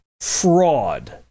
fraud